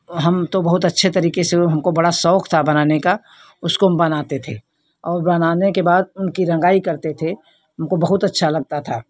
हम तो बहुत अच्छी तरीके से वो हमको बड़ा शौक था बनाने का उसको बनाते थे और बनाने के बाद उनकी रंगाई करते थे उनको बहुत अच्छा लगता था